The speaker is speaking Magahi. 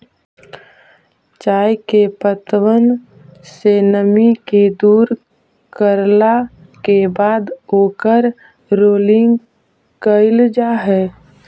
चाय के पत्तबन से नमी के दूर करला के बाद ओकर रोलिंग कयल जा हई